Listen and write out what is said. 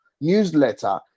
newsletter